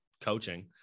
coaching